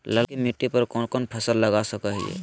ललकी मिट्टी पर कोन कोन फसल लगा सकय हियय?